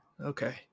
okay